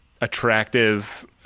attractive